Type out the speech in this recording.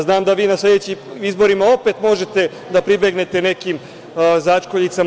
Znam da vi na sledećim izborima opet možete da pribegnete nekim začkoljicama.